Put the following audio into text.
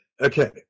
Okay